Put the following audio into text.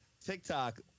TikTok